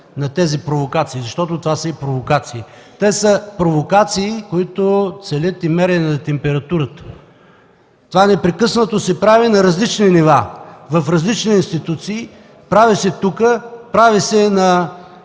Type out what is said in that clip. на тези провокации, защото това са провокации. Те са провокации, които целят и „мерене на температурата”. Това непрекъснато се прави на различни нива, в различни институции. Прави се тук, прави се на